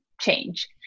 change